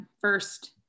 first